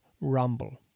Rumble